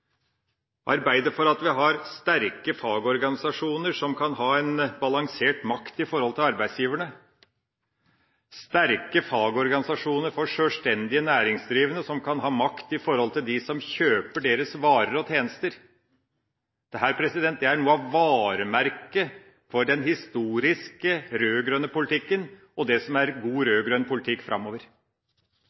arbeide for at vi har sterke fagorganisasjoner som kan ha en balansert makt i forholdet til arbeidsgiverne, sterke fagorganisasjoner for sjølstendige næringsdrivende som kan ha makt i forholdet til dem som kjøper deres varer og tjenester. Dette er noe av varemerket for den historiske rød-grønne politikken, og det som er god rød-grønn politikk framover.